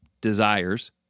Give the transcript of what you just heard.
desires